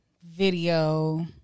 video